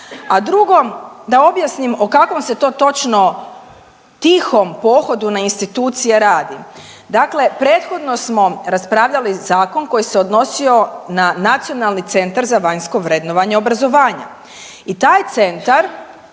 A drugo, da objasnim o kakvom se to točno tihom pohodu na institucije radi. Dakle, prethodno smo raspravljali zakon koji se odnosio na Nacionalni centar za vanjsko vrednovanje obrazovanja. I taj centar,